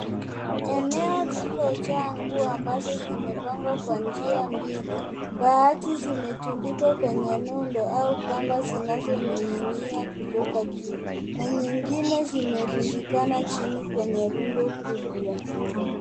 Eneo lilojaa nguo ambazo zimepangwa kwa njia mbili, bahati zimetundikwa kwenye eneo ndio au kamba zinazoninginia kutoka juu, na nyingine zimerundikana chini kwenye rundo kubwa.